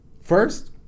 First